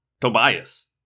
Tobias